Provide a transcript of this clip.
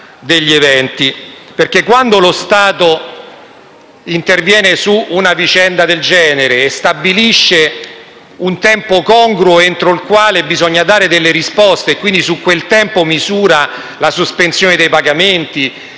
eventi. Quando lo Stato interviene su una vicenda del genere e stabilisce un tempo congruo entro il quale bisogna dare delle risposte - quindi su quel tempo misura la sospensione dei pagamenti,